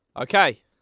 Okay